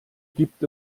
gibt